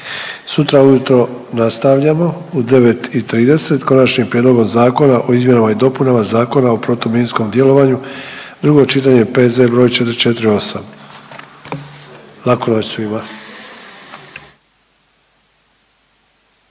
Sutra ujutro nastavljamo u 9 i 30 Konačnim prijedlogom zakona o izmjenama i dopunama Zakona o protuminskom djelovanju, drugo čitanje, P.Z. br. 448.. Laku noć svima.